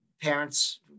parents